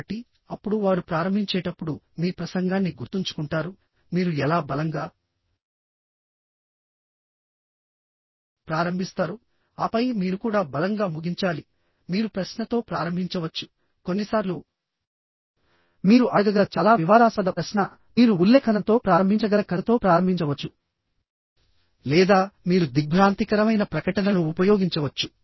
కాబట్టి అప్పుడు వారు ప్రారంభించేటప్పుడు మీ ప్రసంగాన్ని గుర్తుంచుకుంటారు మీరు ఎలా బలంగా ప్రారంభిస్తారు ఆపై మీరు కూడా బలంగా ముగించాలి మీరు ప్రశ్నతో ప్రారంభించవచ్చు కొన్నిసార్లు మీరు అడగగల చాలా వివాదాస్పద ప్రశ్న మీరు ఉల్లేఖనంతో ప్రారంభించగల కథతో ప్రారంభించవచ్చు లేదా మీరు దిగ్భ్రాంతికరమైన ప్రకటనను ఉపయోగించవచ్చు